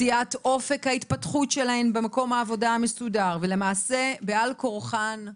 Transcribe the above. קטיעת אופק ההתפתחות שלהן המקום העבודה המסודר ולמעשה בעל כורכן,